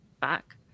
back